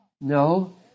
No